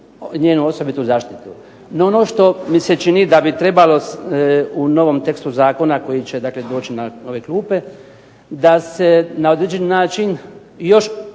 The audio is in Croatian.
njenu osobitu zaštitu. No ono što mi se čini da bi trebalo u novom tekstu zakona koji će dakle doći na ove klupe, da se na određen način još